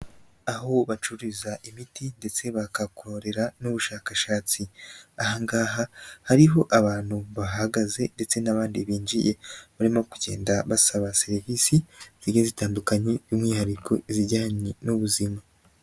Aho bacururiza imiti ndetse bakakorera n'ubushakashatsi, ahangaha hariho abantu bahagaze ndetse n'abandi binjiye barimo kugenda basaba serivisi zigiye zitandukanye, by'umwihariko izijyanye n'ubuzima.